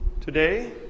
today